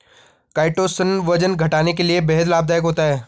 chitosan वजन घटाने के लिए बेहद लाभदायक होता है